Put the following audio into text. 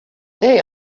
they